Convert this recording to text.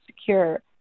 secure